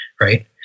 right